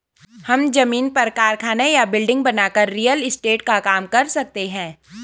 हम जमीन पर कारखाना या बिल्डिंग बनाकर रियल एस्टेट का काम कर सकते है